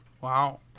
Wow